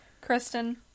Kristen